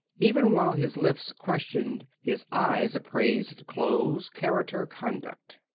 even while his lips questioned, his eyes appraised clothes, character, conduct.